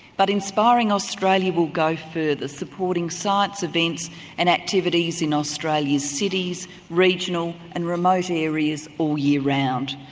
but inspiring australia will go further, supporting science events and activities in australia's cities, regional and remote areas all year round.